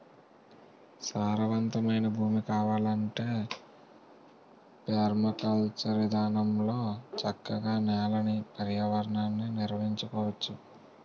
సారవంతమైన భూమి కావాలంటే పెర్మాకల్చర్ ఇదానంలో చక్కగా నేలని, పర్యావరణాన్ని నిర్వహించుకోవచ్చు